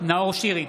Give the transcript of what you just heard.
נאור שירי,